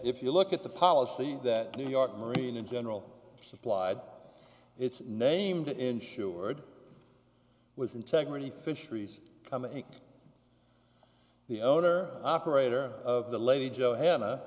if you look at the policy that new york marine in general supplied it's named insured with integrity fisheries the owner operator of the lady johannah